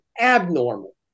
abnormal